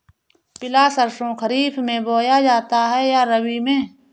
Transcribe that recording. पिला सरसो खरीफ में बोया जाता है या रबी में?